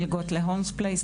מלגות להולמס פלייס,